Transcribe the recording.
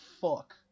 fuck